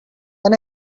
when